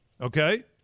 Okay